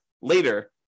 later